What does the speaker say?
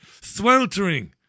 Sweltering